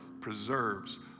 preserves